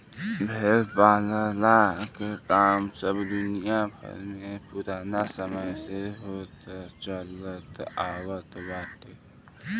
भेड़ पालला के काम सब दुनिया भर में पुराना समय से होत चलत आवत बाटे